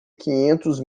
quinhentos